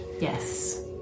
Yes